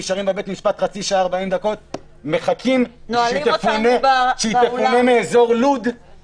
נשארים בבית המשפט חצי שעה-ארבעים דקות עד שהיא תפונה מאזור לוד,